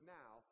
now